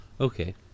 Okay